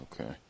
Okay